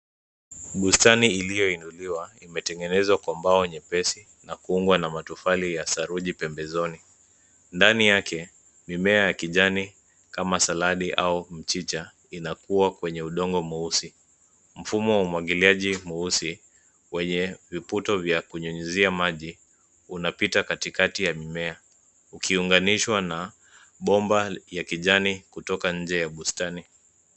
Bustani iliyoinuliwa imetengenezwa kwa mbao nyepesi na kuungwa na matofali ya saruji pembezoni. Ndani yake mimea ya kijani kama saladi au mchicha inakuwa kwenye udongo mweusi. Mfumo wa umwagiliaji mweusi wenye viputo vya kunyunyizia maji, unapita katikati ya mimea ukiunganishwa na bomba kutoka nje ya bustani.